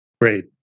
great